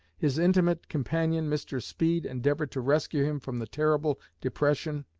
his intimate companion, mr. speed, endeavored to rescue him from the terrible depression,